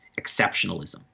exceptionalism